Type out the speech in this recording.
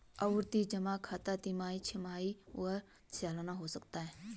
आवर्ती जमा खाता तिमाही, छमाही व सलाना हो सकता है